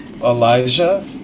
Elijah